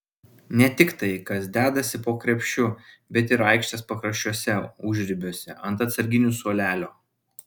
ne tik tai kas dedasi po krepšiu bet ir aikštės pakraščiuose užribiuose ant atsarginių suolelio